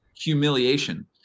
humiliation